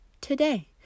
today